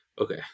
Okay